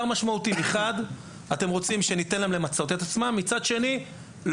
מחד אתם רוצים שניתן להם למצות את עצמם ומאידך לא